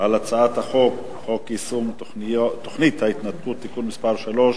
על הצעת חוק יישום תוכנית ההתנתקות (תיקון מס' 3)